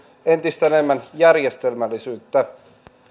entistä enemmän järjestelmällisyyttä